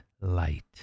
light